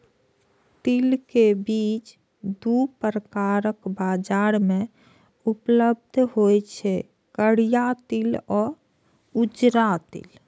तिल के बीज दू प्रकारक बाजार मे उपलब्ध होइ छै, करिया तिल आ उजरा तिल